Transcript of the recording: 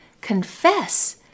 confess